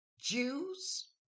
Jews